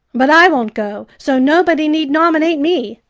but i won't go, so nobody need nominate me.